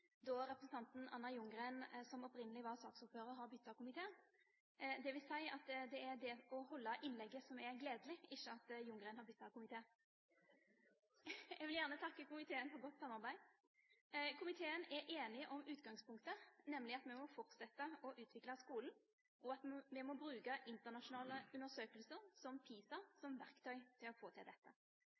at det er det å holde innlegget, som er gledelig, ikke at Ljunggren har byttet komité. Jeg vil gjerne takke komiteen for godt samarbeid. Komiteen er enig om utgangspunktet, nemlig at vi må fortsette å utvikle skolen, og at vi må bruke internasjonale undersøkelser, som PISA, som verktøy for å få til dette.